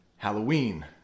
Halloween